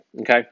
Okay